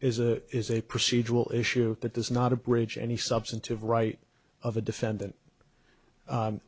is a is a procedural issue that is not a bridge any substantive right of a defendant